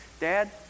Dad